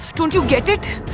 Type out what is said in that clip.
don't you get it?